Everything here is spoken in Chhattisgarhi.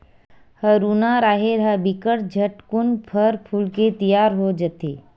हरूना राहेर ह बिकट झटकुन फर फूल के तियार हो जथे